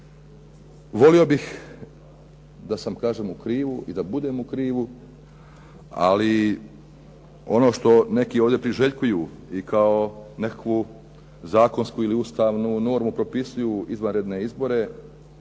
volio bih da sam kažem u krivu i da budem u krivu, ali ono što neki ovdje priželjkuju i kao nekakvu zakonsku ili ustavnu normu propisuju izvanredne izbore,